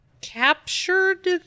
captured